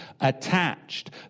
attached